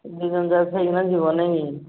ଦୁଇ ଜଣ ଯାକ ଖାଇକିନା ଯିବ ନାଇଁ କି